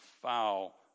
foul